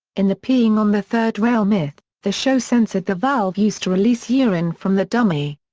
in the peeing on the third rail myth, the show censored the valve used to release urine from the dummy.